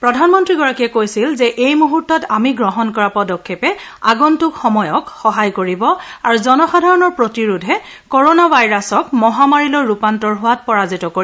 প্ৰধানমন্ত্ৰীগৰাকীয়ে কৈছিল যে এইমূহূৰ্তত আমি গ্ৰহণ কৰা পদক্ষেপে আগন্তুক সময়ক সহায় কৰিব আৰু জনসাধাৰণৰ প্ৰতিৰোধে ক'ৰ'না ভাইৰাছ মহামাৰীলৈ ৰূপান্তৰ হোৱাত পৰাজিত কৰিব